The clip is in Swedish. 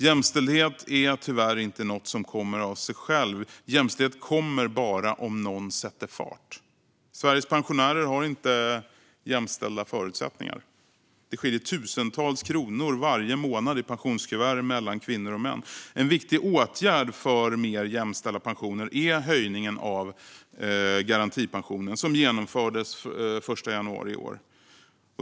Jämställdhet är tyvärr inte något som kommer av sig självt. Jämställdhet kommer bara om någon sätter fart. Sveriges pensionärer har inte jämställda förutsättningar. Det skiljer tusentals kronor varje månad i pensionskuverten mellan kvinnor och män. En viktig åtgärd för mer jämställda pensioner är höjningen av garantipensionen, som genomfördes den 1 januari i år.